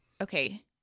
Okay